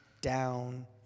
down